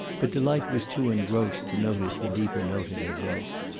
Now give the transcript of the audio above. but delight was too engrossed to notice the deeper note in her voice.